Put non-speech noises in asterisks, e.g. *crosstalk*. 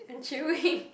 and chewing *laughs*